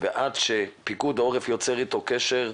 ועד שפיקוד העורף יוצר איתו קשר,